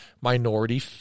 minority